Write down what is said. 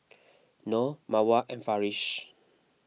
Noh Mawar and Farish